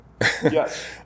yes